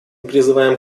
призываем